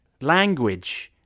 language